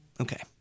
Okay